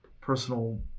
personal